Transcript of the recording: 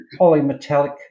polymetallic